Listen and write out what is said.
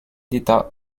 d’état